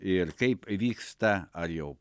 ir kaip vyksta ar jau